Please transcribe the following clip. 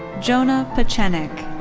jonah pechenik.